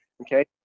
okay